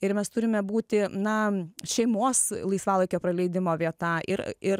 ir mes turime būti na šeimos laisvalaikio praleidimo vieta ir ir